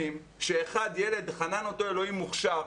שילד אחד, חנן אותו אלוהים, הוא מוכשר,